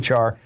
HR